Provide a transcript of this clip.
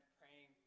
praying